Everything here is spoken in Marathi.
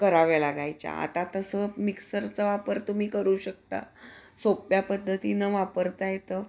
कराव्या लागायच्या आता तसं मिक्सरचा वापर तुम्ही करू शकता सोप्या पद्धतीनं वापरता येतं